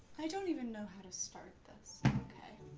i don't even know how to start this. okay.